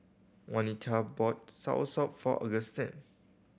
Wanita bought soursop for Augustine